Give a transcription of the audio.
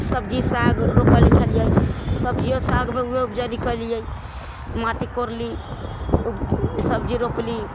सब्जी साग रोपै लअ छलियै सब्जियो सागमे उपजन कयलियै माटि कोरली सब्जी रोपली